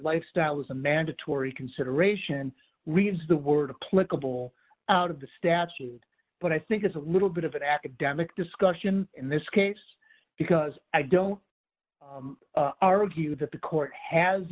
lifestyle is a mandatory consideration reads the word of clickable out of the statute but i think it's a little bit of an academic discussion in this case because i don't argue that the court has